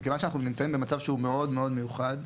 מכיוון שאנחנו נמצאים במצב שהוא מאוד מאוד מיוחד,